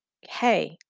hey